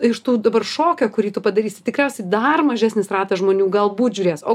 iš tų dabar šokio kurį tu padarysi tikriausiai dar mažesnis ratas žmonių galbūt žiūrės o